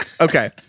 Okay